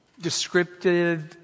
descriptive